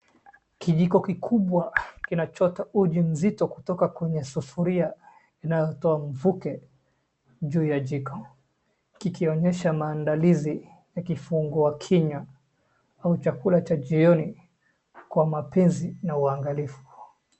Kijiko kikubwa kinachota uji kutoka kwenye sufuria inayotoa mvuke juu ya jiko. Kikionyesha maandalizi ya kifungua kinywa au chakula cha jioni kwa mapenzi na uangalifu.